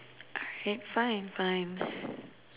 alright fine fine